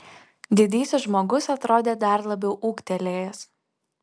didysis žmogus atrodė dar labiau ūgtelėjęs